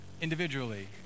individually